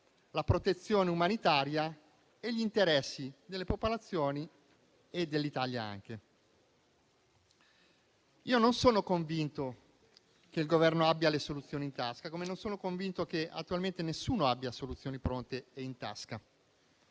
la protezione umanitaria e gli interessi delle popolazioni e dell'Italia. Io non sono convinto che il Governo abbia le soluzioni in tasca, così come sono convinto che attualmente nessuno abbia soluzioni pronte in tasca.